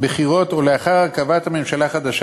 בחירות או לאחר הרכבת הממשלה החדשה,